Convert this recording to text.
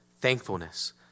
thankfulness